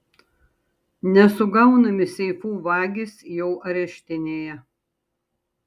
nesugaunami seifų vagys jau areštinėje